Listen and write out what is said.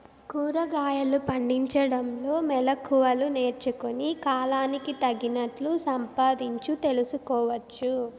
కూరగాయలు పండించడంలో మెళకువలు నేర్చుకుని, కాలానికి తగినట్లు సంపాదించు తెలుసుకోవచ్చు